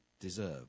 deserve